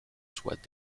soient